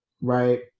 right